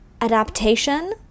adaptation